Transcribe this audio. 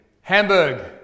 hamburg